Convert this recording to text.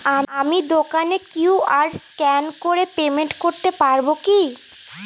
আমি দোকানে QR scan করে পেমেন্ট করতে পারবো কি?